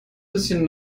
bisschen